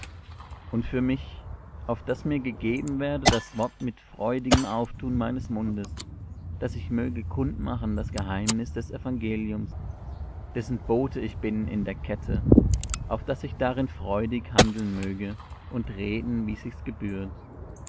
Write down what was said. und für mich auf daß mir gegeben werde das wort mit freudigem auftun meines mundes daß ich möge kundmachen das geheimnis des evangeliums dessen bote ich bin in der kette auf daß ich darin freudig handeln möge und reden wie sich's gebührt